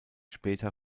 später